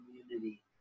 community